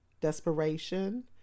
Desperation